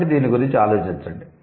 కాబట్టి దాని గురించి ఆలోచించండి